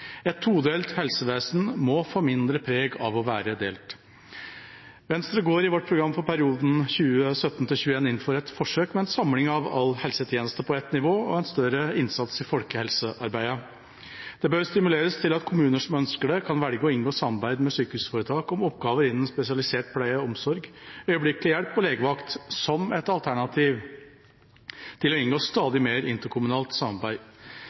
Et todelt helsevesen må få mindre preg av å være delt. Venstre går i sitt program for perioden 2017–2021 inn for et forsøk med en samling av all helsetjeneste på ett nivå og en større innsats i folkehelsearbeidet. Det bør stimuleres til at kommuner som ønsker det, kan velge å inngå samarbeid med sykehusforetak om oppgaver innen spesialisert pleie og omsorg, øyeblikkelig hjelp og legevakt – som et alternativ til å inngå stadig mer interkommunalt samarbeid.